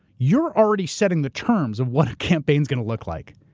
you're already setting the terms of what a campaign is gonna look like.